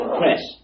press